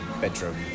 bedroom